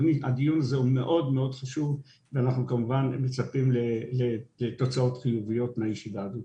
הדיון הזה מאוד חשוב ואנחנו כמובן מצפים לתוצאות חיוביות מהישיבה הזו.